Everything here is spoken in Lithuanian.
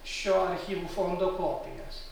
šio archyvų fondo kopijas